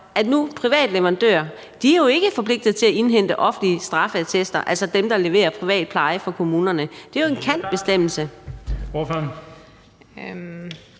at private leverandører ikke er forpligtet til at indhente offentlige straffeattester, altså dem, der leverer privat pleje for kommunerne, det er jo en »kan«-bestemmelse.